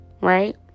Right